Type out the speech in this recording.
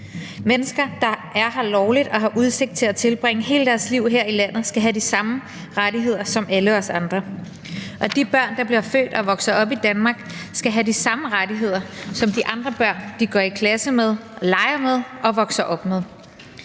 Mennesker, der er her lovligt, og som har udsigt til at tilbringe hele deres liv her i landet, skal have de samme rettigheder som alle os andre. Og de børn, der bliver født og vokser op i Danmark, skal have de samme rettigheder som de andre børn, de går i klasse med, leger med og vokser op med.